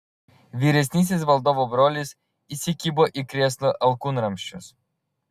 vyresnysis valdovo brolis įsikibo į krėslo alkūnramsčius